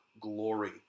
glory